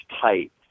tight